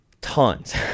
Tons